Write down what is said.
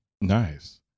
Nice